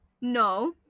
No